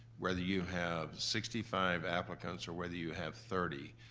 whether you have sixty five applicants or whether you have thirty,